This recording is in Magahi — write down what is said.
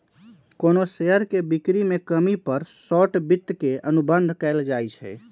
कोनो शेयर के बिक्री में कमी पर शॉर्ट वित्त के अनुबंध कएल जाई छई